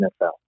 NFL